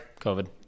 COVID